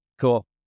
cool